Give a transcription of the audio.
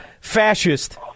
fascist